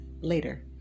later